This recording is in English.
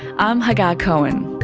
i'm hagar cohen